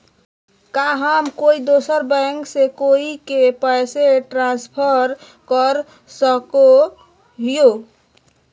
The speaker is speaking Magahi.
का हम कोई दूसर बैंक से कोई के पैसे ट्रांसफर कर सको हियै?